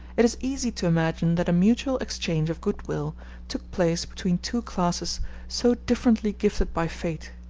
it is easy to imagine that a mutual exchange of good-will took place between two classes so differently gifted by fate.